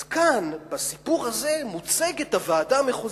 אז כאן בסיפור הזה מוצגת הוועדה המחוזית,